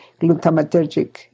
glutamatergic